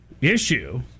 issue